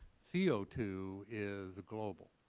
c o two is global.